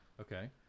Okay